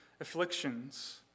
afflictions